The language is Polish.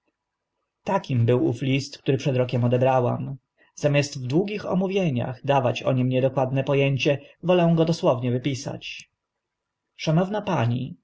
takim był ów list który przed rokiem odebrałam zamiast w długich omówieniach dawać o nim niedokładne po ęcie wolę go dosłownie wypisać szanowna pani